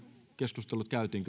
keskustelu käytiin